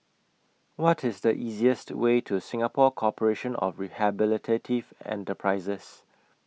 What IS The easiest Way to Singapore Corporation of Rehabilitative Enterprises